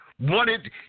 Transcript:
wanted